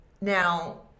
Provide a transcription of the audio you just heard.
now